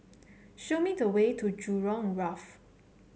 show me the way to Jurong Wharf